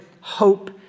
hope